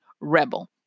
rebel